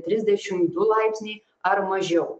trisdešim du laipsniai ar mažiau